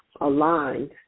Aligned